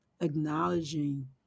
acknowledging